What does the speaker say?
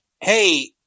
Hey